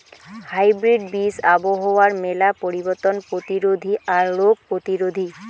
hybrid বীজ আবহাওয়ার মেলা পরিবর্তন প্রতিরোধী আর রোগ প্রতিরোধী